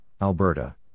Alberta